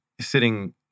sitting